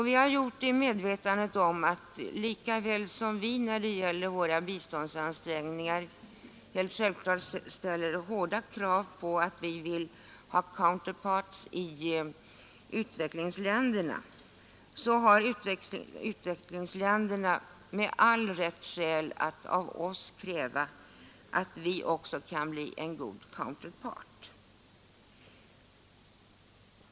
Vi har gjort det i medvetandet om att lika väl som vi när det gäller våra biståndsansträngningar helt självklart ställer hårda krav på att få goda counterparts i utvecklingsländerna så har utvecklingsländerna all rätt att av oss kräva att vi också kan bli en god counterpart.